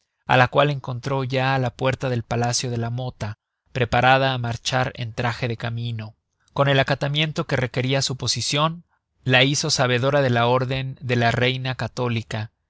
á la cual encontró ya á la puerta del palacio de la mota preparada á marchar en trage de camino con el acatamiento que requeria su posicion la hizo sabedora de la órden de la reina católica